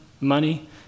money